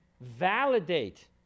validate